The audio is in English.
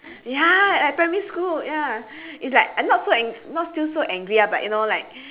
ya at primary school ya it's like I am not so ang~ not still so angry ah but you know like